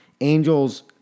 Angels